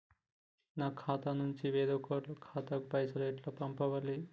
నా ఖాతా నుంచి వేరేటోళ్ల ఖాతాకు పైసలు ఎట్ల పంపాలే?